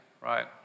right